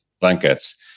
blankets